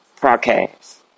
broadcast